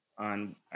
On